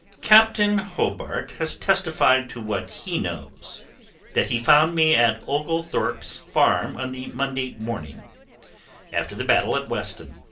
captain hobart has testified to what he knows that he found me at oglethorpe's farm on the monday morning after the battle at weston.